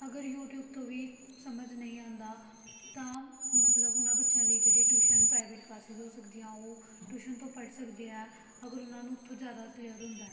ਅਗਰ ਯੂਟੀਊਬ ਤੋਂ ਵੀ ਸਮਝ ਨਹੀਂ ਆਉਂਦਾ ਤਾਂ ਮਤਲਬ ਉਹਨਾਂ ਬੱਚਿਆਂ ਲਈ ਜਿਹੜੀ ਟਿਊਸ਼ਨ ਪ੍ਰਾਈਵੇਟ ਕਲਾਸਿਸ ਹੋ ਸਕਦੀਆਂ ਉਹ ਟਿਊਸ਼ਨ ਤੋਂ ਪੜ੍ਹ ਸਕਦੇ ਐ ਅਗਰ ਉਹਨਾਂ ਨੂੰ ਉੱਥੋਂ ਜ਼ਿਆਦਾ ਕਲੀਅਰ ਹੁੰਦਾ